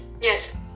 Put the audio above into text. Yes